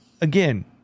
Again